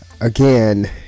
again